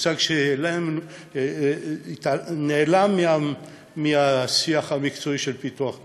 מושג שנעלם מהשיח המקצועי של פיתוח המדינה.